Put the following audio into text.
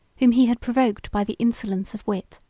whom he had provoked by the insolence of wit.